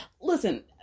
Listen